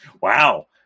wow